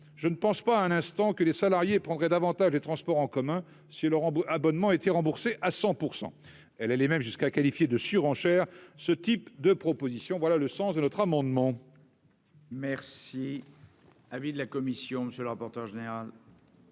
je ne pense pas un instant que les salariés prendraient davantage les transports en commun si Laurent abonnement été remboursé à 100 % elle allait même jusqu'à qualifier de surenchère, ce type de proposition, voilà le sens de notre amendement. Merci. Avis de la commission, monsieur le rapporteur général.